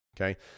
okay